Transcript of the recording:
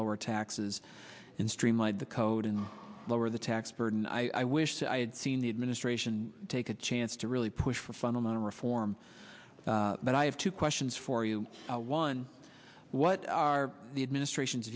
lower taxes and streamline the code and lower the tax burden i wish that i had seen the administration take a chance to really push for fundamental reform but i have two questions for you one what are the administration's